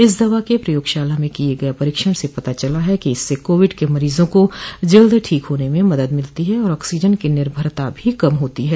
इस दवा के प्रयोगशाला में किए गए परीक्षण से पता चला है कि इससे कोविड के मरीजों को जल्द ठीक होने में मदद मिलती है और ऑक्सीजन की निर्भरता भी कम होती है